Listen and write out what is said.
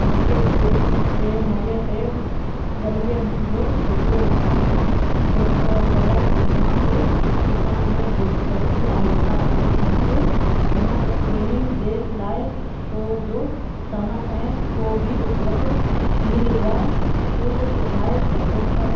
मूंखे टे टे मईअ ते गलीअ जो छोकिरो खे वॾा सिनेमा ते ॾिसण में दिलचस्पी आहे छा तव्हां मूंखे हुन स्क्रीनिंग जे लाइ शो जो समय ऐं को ॿि उपलब्ध डील या छूट ॿुधाए सघो था